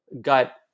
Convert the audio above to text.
got